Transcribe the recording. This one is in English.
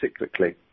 cyclically